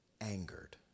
angered